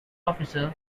officer